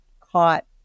caught